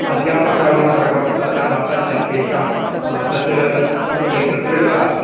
अध्यापकानां प्रकोष्ठः सत्यं तेषां तत् किं भवेत् तत्रैव